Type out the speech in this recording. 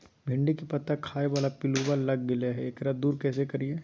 भिंडी के पत्ता खाए बाला पिलुवा लग गेलै हैं, एकरा दूर कैसे करियय?